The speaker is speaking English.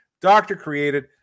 Doctor-created